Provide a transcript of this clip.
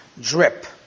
drip